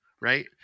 right